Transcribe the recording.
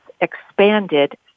expanded